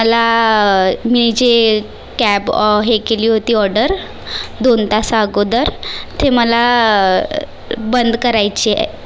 मला मी जे कॅब हे केली होती ऑर्डर दोन तास अगोदर ते मला बंद करायची आहे